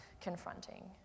confronting